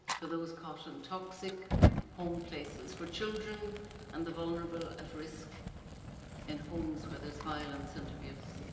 for those caught in toxic home places for children and the vulnerable at risk in homes where there is violence and abuse